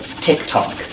TikTok